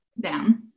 Down